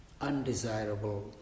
undesirable